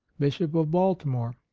bishop of baltimore.